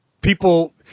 people